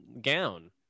gown